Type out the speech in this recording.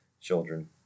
children